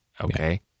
Okay